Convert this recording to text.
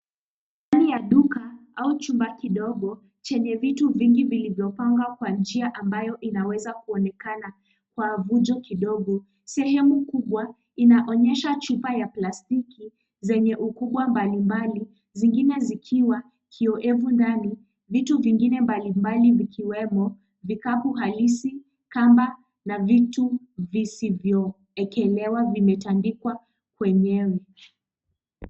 Ndani ya duka au chumba kidogo chenye vitu vingi vilivyopangwa kwa njia ambayo inaweza kuonekana kwa vuju kidogo. Sehemu kubwa inaonyesha chupa ya plastiki zenye ukubwa mbalimbali zingine zikiwa kioevu ndani vitu vingine mbalimbali vikiwemo vikapu halisi , kamba na vitu visivyoekelewa vikitandikwa kwenyewe.